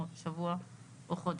שבוע או חודש.